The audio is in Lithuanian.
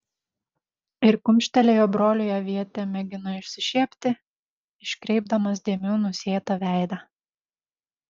ir kumštelėjo broliui avietė mėgino išsišiepti iškreipdamas dėmių nusėtą veidą